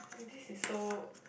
this is so